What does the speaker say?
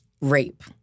rape